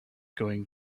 going